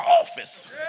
office